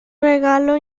regalo